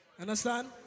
understand